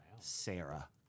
sarah